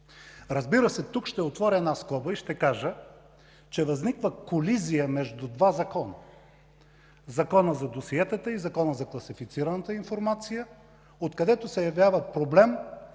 предадено. Тук ще отворя една скоба и ще кажа, че възниква колизия между два закона – Закона за досиетата и Закона за класифицираната информация, откъдето се явява проблем